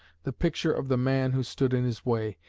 the picture of the man who stood in his way,